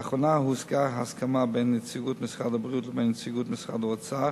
לאחרונה הושגה הסכמה בין נציגות משרד הבריאות לבין נציגות משרד האוצר.